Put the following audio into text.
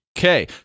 Okay